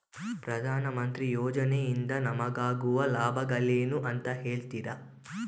ಪ್ರಧಾನಮಂತ್ರಿ ಯೋಜನೆ ಇಂದ ನಮಗಾಗುವ ಲಾಭಗಳೇನು ಅಂತ ಹೇಳ್ತೀರಾ?